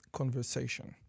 conversation